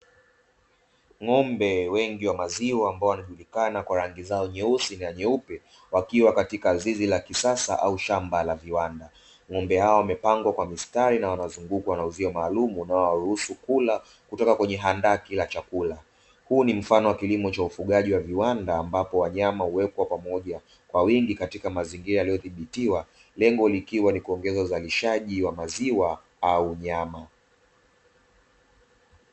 Ng'ombe wengi wa maziwa ambao wanajulikana kwa rangi zao nyeusi na nyeupe wakiwa katika zizi la kisasa au shamba la viwanda, ng'ombe hao wamepangwa kwa mistari na wanazungukwa na uzio maalumu unaowaruhusu kula kutoka kwenye andaki la chakula, huu ni mfano wa kilimo cha ufugaji wa viwanda ambapo wanyama uwekwa pamoja kwa wingi katika mazingira yaliyodhibitiwa lengo likiwa ni kuongeza uzalishaji wa maziwa au nyama.